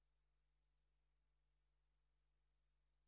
ואני מצרף את חבר הכנסת יעקב